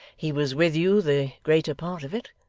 he was with you the greater part of it